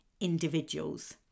individuals